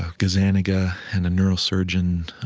gazzaniga, and a neurosurgeon,